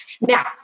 Now